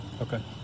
Okay